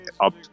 up